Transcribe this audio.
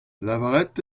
lavaret